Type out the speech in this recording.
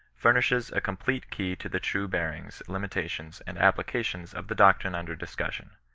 furnishes a complete key to the true bearings, limitations, and applications of the doctrine under dis cussion.